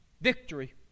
Victory